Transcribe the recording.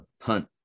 punt